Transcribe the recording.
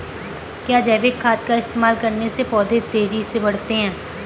क्या जैविक खाद का इस्तेमाल करने से पौधे तेजी से बढ़ते हैं?